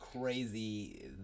crazy